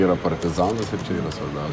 yra partizanas ir čia yra svarbiausia